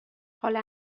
حال